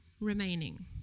remaining